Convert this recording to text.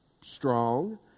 strong